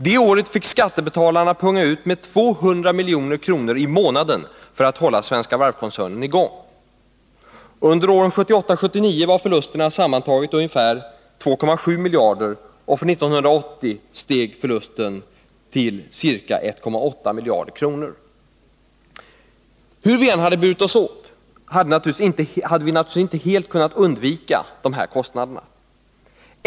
Det året fick skattebetalarna punga ut med 200 milj.kr. i månaden för att hålla Svenska Varvs-koncernen i gång. Under åren 1978 och 1979 var förlusten sammantaget ungefär 2,7 miljarder, och för 1980 steg förlusten till 1,8 miljarder kronor. Hur vi än hade burit oss åt hade vi naturligtvis inte helt kunnat undvika de här kostnaderna.